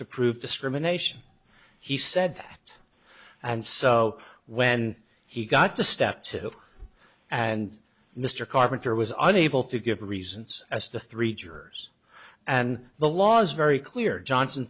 to prove discrimination he said and so when he got to step two and mr carpenter was unable to give reasons as to three jurors and the law is very clear johnson